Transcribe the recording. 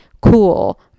cool